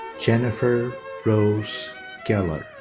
jennifer rose gueler.